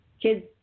kids